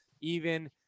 Even-